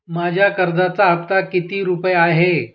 माझ्या कर्जाचा हफ्ता किती रुपये आहे?